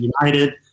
United